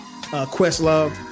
Questlove